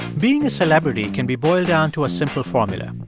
being a celebrity can be boiled down to a simple formula.